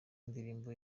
indirimbo